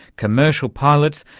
commercial pilots,